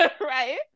right